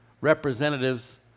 representatives